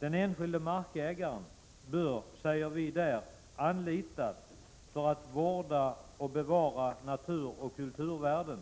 Den enskilde markägaren bör, säger vi, anlitas för att vårda och bevara naturoch kulturvärden